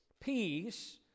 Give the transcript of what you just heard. peace